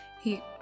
He-